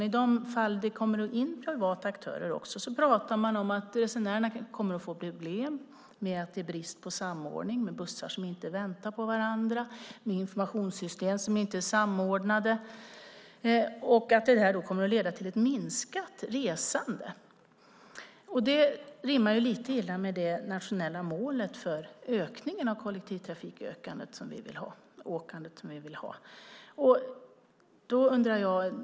I de fall det kom in privata aktörer pratar man om att resenärerna kommer att få problem med att det är brist på samordning, bussar som inte väntar på varandra, informationssystem som inte är samordnade och att det kommer att leda till ett minskat resande. Det rimmar lite illa med det nationella målet om en ökning av kollektivtrafikåkande som vi vill ha.